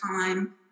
time